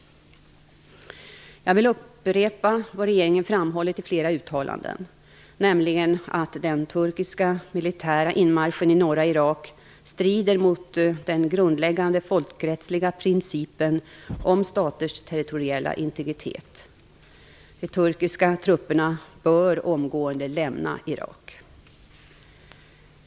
Jag vill upprepa vad regeringen framhållit i flera uttalanden, nämligen att den turkiska militära inmarschen i norra Irak strider mot den grundläggande folkrättsliga principen om staters territoriella integritet. De turkiska trupperna bör omgående lämna Irak.